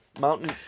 mountain